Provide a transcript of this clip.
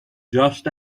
just